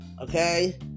okay